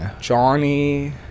Johnny